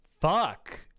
Fuck